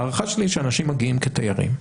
ההערכה שלי שאנשים מגיעים כתיירים,